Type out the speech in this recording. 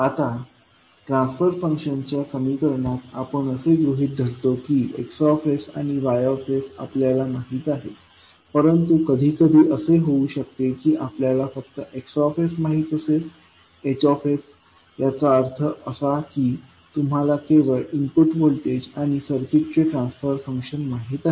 आता ट्रान्सफर फंक्शनच्या समीकरणात आपण असे गृहीत धरतो की X आणि Y आपल्याला माहित आहेत परंतु कधीकधी असे होऊ शकते की आपल्याला फक्त X माहित असेल H याचा अर्थ असा की तुम्हाला केवळ इनपुट व्होल्टेज आणि सर्किटचे ट्रान्सफर फंक्शन माहित आहे